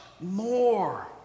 more